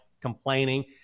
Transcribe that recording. complaining